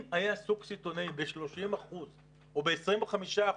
אם היה שוק סיטונאי ב-30 אחוזים או ב-25 אחוזים,